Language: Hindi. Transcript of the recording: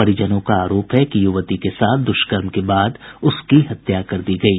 परिजनों का आरोप है कि युवती के साथ दुष्कर्म के बाद उसकी हत्या कर दी गयी